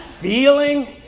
feeling